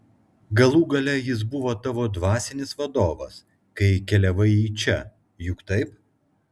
galų gale jis buvo tavo dvasinis vadovas kai keliavai į čia juk taip